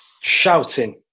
shouting